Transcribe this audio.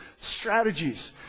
strategies